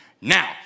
Now